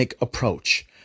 approach